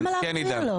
למה להפריע לו?